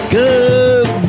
good